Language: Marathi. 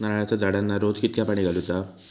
नारळाचा झाडांना रोज कितक्या पाणी घालुचा?